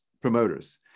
promoters